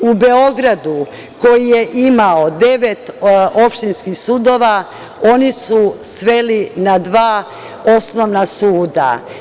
U Beogradu, koji je imao devet opštinskih sudova oni su sveli na dva osnovna suda.